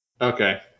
Okay